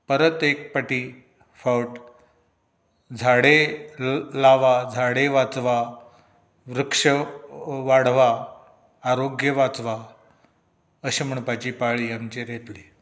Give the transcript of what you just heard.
परत एक पावटी फावट झाडे लावा झाडे वाचवा वृक्ष वाडवा आरोग्य वाचवा अशें म्हणपाची पाळी आमचेर येतली